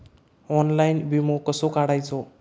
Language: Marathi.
ऑनलाइन विमो कसो काढायचो?